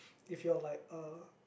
if you're like a